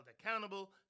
accountable